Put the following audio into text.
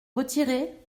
retiré